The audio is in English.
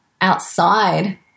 outside